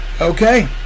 Okay